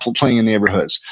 playing in neighborhoods.